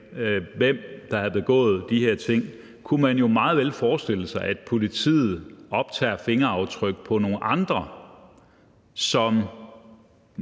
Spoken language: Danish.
hvem der havde begået de her ting, kunne man jo meget vel forestille sig, at politiet tager fingeraftryk på nogle andre, som